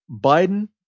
Biden